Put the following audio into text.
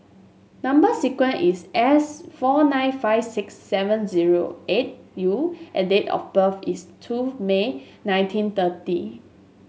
number sequence is S four nine five six seven zero eight U and date of birth is two May nineteen thirty